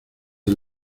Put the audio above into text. del